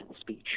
speech